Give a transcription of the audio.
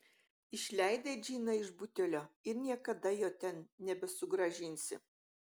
išleidai džiną iš butelio ir niekada jo ten nebesugrąžinsi